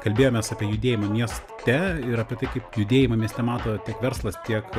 kalbėjomės apie judėjimą mieste ir apie tai kaip judėjimą mieste matom tiek verslas tiek